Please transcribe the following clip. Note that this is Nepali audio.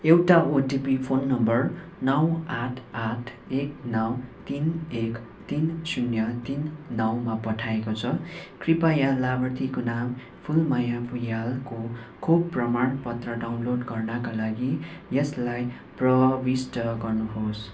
एउटा ओटिपी फोन नम्बर नौ आठ आठ एक नौ तिन एक तिन शून्य तिन नौ मा पठाइएको छ कृपया लाभार्थीको नाम फुलमाया फुँयालको खोप प्रमाणपत्र डाउनलोड गर्नाका लागि यसलाई प्रविष्ट गर्नुहोस्